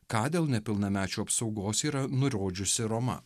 ką dėl nepilnamečių apsaugos yra nurodžiusi roma